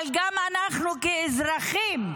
אבל גם אנחנו, כאזרחים,